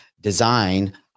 design